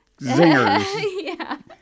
zingers